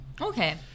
Okay